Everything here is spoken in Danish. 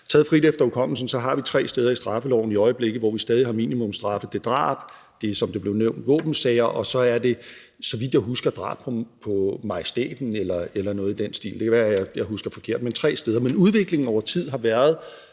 Taget frit efter hukommelsen har vi tre steder i straffeloven i øjeblikket, hvor vi stadig har minimumsstraffe: Det er drab; det er, som det blev nævnt, våbensager; og så er det, så vidt jeg husker, drab på majestæten eller noget i den stil. Det kan være, jeg husker forkert, men der er tre steder. Men udviklingen over tid har helt